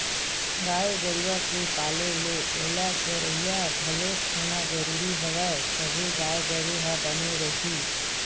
गाय गरुवा के पाले ले ओला चरइया घलोक होना जरुरी हवय तभे गाय गरु ह बने रइही